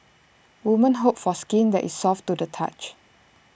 woman hope for skin that is soft to the touch